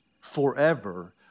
forever